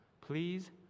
Please